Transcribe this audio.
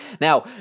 Now